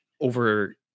over